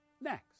next